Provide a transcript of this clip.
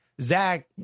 Zach